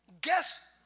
Guess